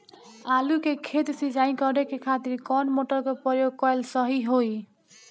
आलू के खेत सिंचाई करे के खातिर कौन मोटर के प्रयोग कएल सही होई?